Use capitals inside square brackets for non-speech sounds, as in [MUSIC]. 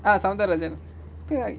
ah sawntharrajan [NOISE]